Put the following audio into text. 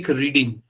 reading